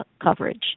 coverage